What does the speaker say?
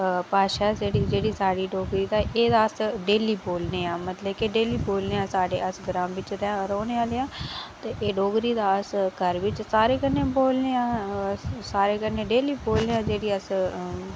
भाषा जेह्ड़ी जेह्ड़ी साढ़ी डोगरी ते एह् तां अस डेली बोलने आं मतलब कि डेली बोलने आं साढ़े अस ग्रां बिच्च ता रौह्ने आह्ले आं ते एह् डोगरी ता अस घर बिच्च सारें कन्नै बोलने आं सारें कन्नै डेली बोलने आं जेह्ड़ी अस